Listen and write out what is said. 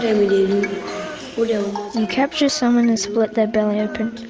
and and capture someone and split their belly open,